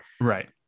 right